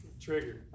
trigger